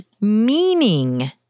meaning